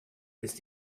ist